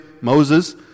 Moses